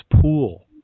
pool